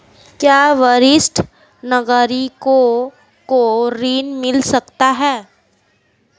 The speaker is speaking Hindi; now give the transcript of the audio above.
क्या वरिष्ठ नागरिकों को ऋण मिल सकता है?